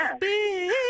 Big